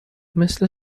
مثل